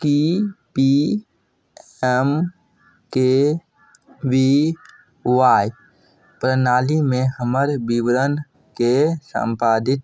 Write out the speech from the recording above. की P M K V Y प्रणालीमे हमर विवरणके संपादित